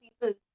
people